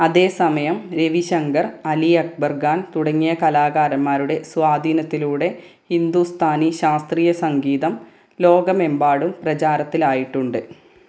അതേസമയം രവിശങ്കർ അലി അക്ബർ ഖാൻ തുടങ്ങിയ കലാകാരന്മാരുടെ സ്വാധീനത്തിലൂടെ ഹിന്ദുസ്ഥാനി ശാസ്ത്രീയ സംഗീതം ലോകമെമ്പാടും പ്രചാരത്തിലായിട്ടുണ്ട്